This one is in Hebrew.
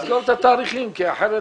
צריך לסגור את התאריכים כי אחרת,